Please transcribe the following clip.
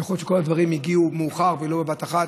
יכול להיות שכל הדברים הגיעו מאוחר ולא בבת אחת.